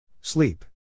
Sleep